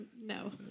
No